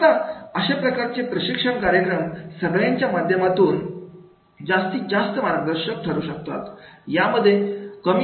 आता अशा प्रकारचे प्रशिक्षण कार्यक्रम सगळ्यांच्या माध्यमातून जास्तीत जास्त मार्गदर्शन करू शकतात